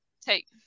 take